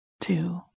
two